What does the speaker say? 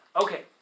okay